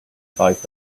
five